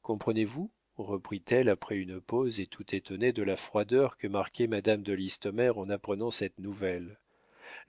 comprenez-vous reprit-elle après une pause et tout étonnée de la froideur que marquait madame de listomère en apprenant cette nouvelle